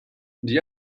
the